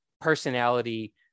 personality